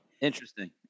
interesting